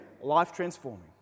life-transforming